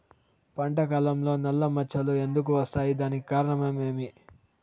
పంట కాలంలో నల్ల మచ్చలు ఎందుకు వస్తాయి? దానికి కారణం ఏమి?